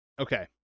Okay